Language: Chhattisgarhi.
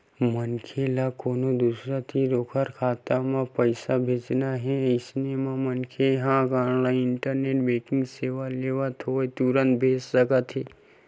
मनखे ल कोनो दूसर तीर ओखर खाता म पइसा भेजना हे अइसन म मनखे ह ऑनलाइन इंटरनेट बेंकिंग सेवा लेवत होय तुरते भेज सकत हे